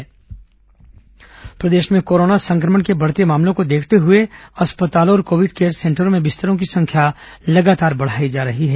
corona जांच सुविधाएं प्रदेश में कोरोना संक्रमण के बढ़ते मामलों को देखते हुए अस्पतालों और कोविड केयर सेंटरों में बिस्तरों की संख्या लगातार बढ़ाई जा रही है